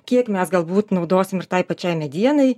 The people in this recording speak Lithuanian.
kiek mes galbūt naudosim ir tai pačiai medienai